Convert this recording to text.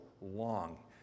long